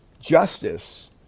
Justice